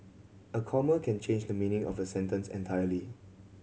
a comma can change the meaning of a sentence entirely